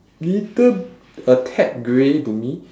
little a tad grey to me